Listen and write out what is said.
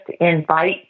invite